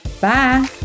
Bye